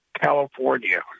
California